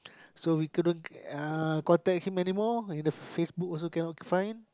so we couldn't uh contact him anymore in the Facebook also cannot find